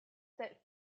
that